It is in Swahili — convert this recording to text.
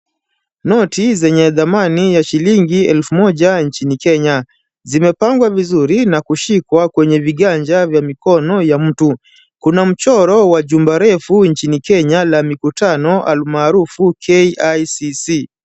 Noti zenye dhamani ya shilingi elfu moja nchini Kenya zimepangwa vizuri na kushikwa kwenye viganja vya mikono ya mtu. Kuna mchoro wa jumba refu nchini Kenya la mikutano almaarufu KICC.